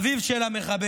אביו של המחבל: